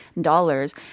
dollars